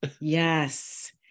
yes